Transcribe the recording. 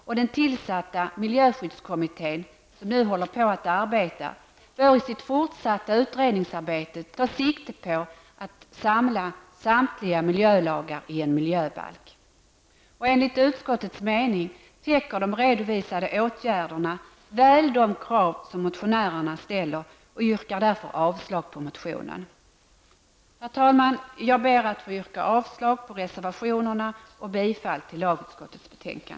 Och den tillsatta miljöskyddskommittén, som nu är i verksamhet, bör i sitt fortsatta utredningsarbete ta sikte på att samla samtliga miljölagar i en miljöbalk. Enligt utskottets mening täcker de redovisade åtgärderna väl de krav som motionären ställer, och vi yrkar därför avslag på motionen. Herr talman! Jag ber att få yrka avslag på reservationerna och bifall till lagutskottets hemställan.